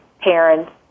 parents